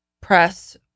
press